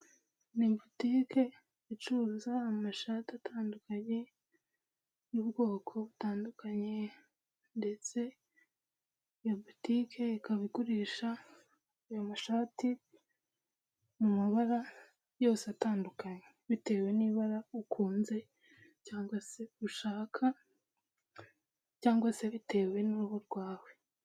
Ni butike icuruza amashati atandukanye, y'ubwoko butandukanye, ndetse iyo butike, ikaba igurisha ayo mashati mu mabara yose atandukanye, bitewe n'ibara ukunze, cyangwa se ushaka, cyangwa se bitewe n'uruhu rwawe.